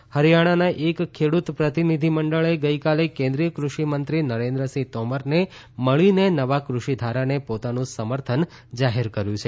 ખેડૂત ટેકો હરિયાણાના એક ખેડૂત પ્રતિનિધિમંડળે ગઈકાલે કેન્દ્રિય કૃષિમંત્રી નરેન્દ્રસિંહ તોમરને મળીને નવા ક઼ષિ ધારાને પોતાનું સમર્થન જાહેર કર્યું છે